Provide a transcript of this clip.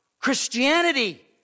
Christianity